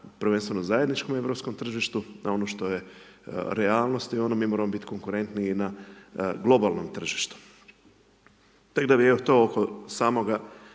prvenstvenom zajedničkom europskom tržištu, na ono što je realnost, ono mi moramo biti konkurentniji na globalnom tržištu. …/Govornik se